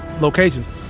locations